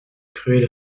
cruelle